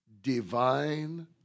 divine